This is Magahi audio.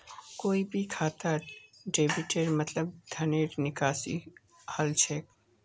कोई भी खातात डेबिटेर मतलब धनेर निकासी हल छेक